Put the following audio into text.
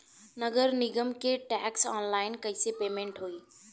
नगर निगम के टैक्स ऑनलाइन कईसे पेमेंट होई?